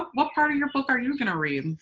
um what part of your book are you going to read?